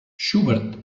schubert